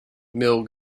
mill